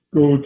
go